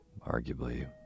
Arguably